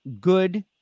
good